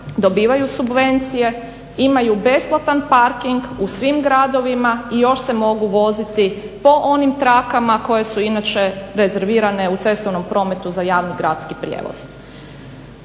dobivaju subvencije, imaju besplatan parking u svim gradovima i još se mogu voziti po onim trakama koje su inače rezervirane u cestovnom prometu za javni gradski prijevoz.